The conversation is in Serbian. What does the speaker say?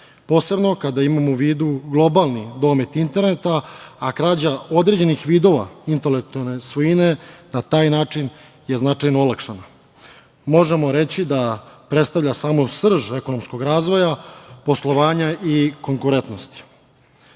posebno kada imamo u vidu globalni domet interneta, a krađa određenih vidova intelektualne svojine na taj način je značajno olakšana. Možemo reći da predstavlja samu srž ekonomskog razvoja, poslovanja i konkurentnosti. Zahvaljujući